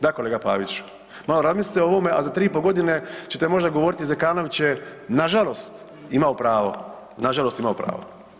Da kolega Paviću malo razmislite o ovome, a za 3,5 godine ćete možda govoriti Zekanović je nažalost imao pravo, nažalost imao pravo.